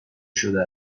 شده